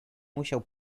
musiał